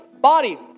Body